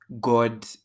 God